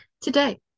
today